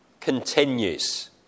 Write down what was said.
continues